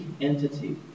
entity